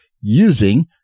using